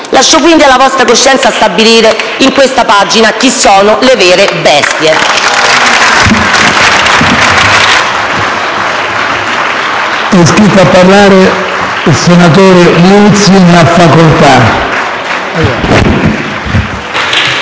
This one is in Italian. Lascio quindi alla vostra coscienza stabilire in questa pagina chi sono le vere bestie.